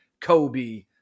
Kobe